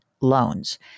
loans